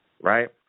right